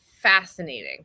fascinating